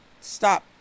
stop